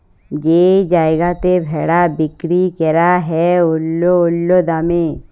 যেই জায়গাতে ভেড়া বিক্কিরি ক্যরা হ্যয় অল্য অল্য দামে